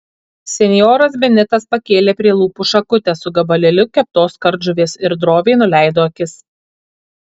senjoras benitas pakėlė prie lūpų šakutę su gabalėliu keptos kardžuvės ir droviai nuleido akis